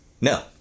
No